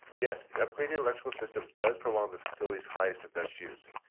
yes. the upgraded electrical system does prolong the facility's highest and best use.